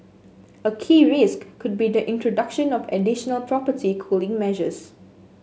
a key risk could be the introduction of additional property cooling measures